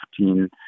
15